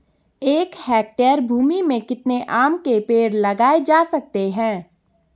एक हेक्टेयर भूमि में कितने आम के पेड़ लगाए जा सकते हैं?